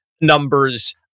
numbers